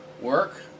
work